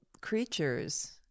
creatures